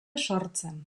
sortzen